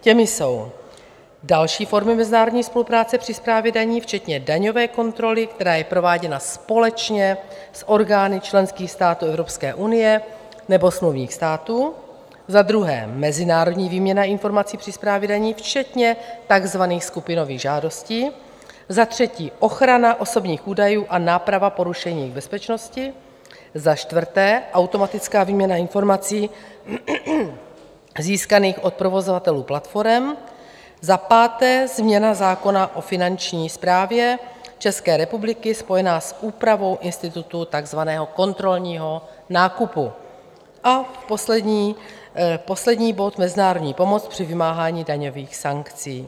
Těmi jsou další formy mezinárodní spolupráce při správě daní včetně daňové kontroly, která je prováděna společně s orgány členských států Evropské unie nebo smluvních států, za druhé mezinárodní výměna informací při správě daní včetně takzvaných skupinových žádostí, za třetí ochrana osobních údajů a náprava porušení bezpečnosti, za čtvrté automatická výměna informací získaných od provozovatelů platforem, za páté změna zákona o finanční správě České republiky spojená s úpravou institutu takzvaného kontrolního nákupu a za šesté poslední bod, mezinárodní pomoc při vymáhání daňových sankcí.